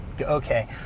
okay